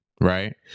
Right